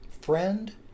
friend